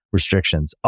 Restrictions